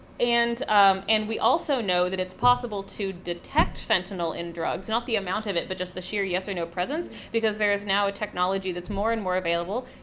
and and we also know that it's possible to detect fentanyl in drugs, not the amount of it, but just the sheer yes or no presence, because there is now a technology that's more and more available